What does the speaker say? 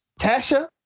Tasha